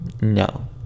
No